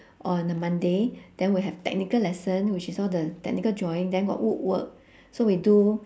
on a monday then we have technical lesson which is all the technical drawing then got wood work so we do